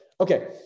Okay